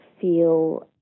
feel